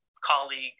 colleague